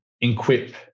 equip